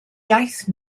iaith